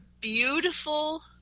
beautiful